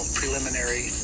preliminary